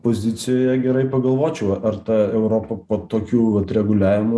pozicijoje gerai pagalvočiau ar ta europa po tokių vat reguliavimų